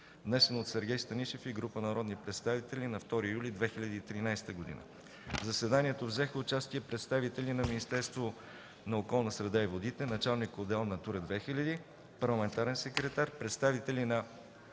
внесен от Сергей Станишев и група народни представители на 2 юли 2013 г. В заседанието взеха участие представители на Министерството на околната среда и водите, началник отдел „Натура 2000”, парламентарен секретар, представители на